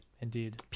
indeed